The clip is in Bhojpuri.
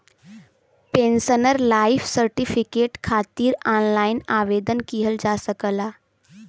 पेंशनर लाइफ सर्टिफिकेट खातिर ऑनलाइन आवेदन किहल जा सकला